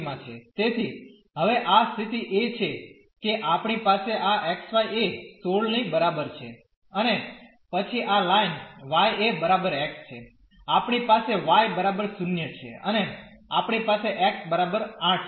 તેથી હવે આ સ્થિતિ એ છે કે આપણી પાસે આ xy એ 16 ની બરાબર છે અને પછી આ લાઇન y એ બરાબર x છે આપણી પાસે y બરાબર 0 છે અને આપણી પાસે x બરાબર 8 છે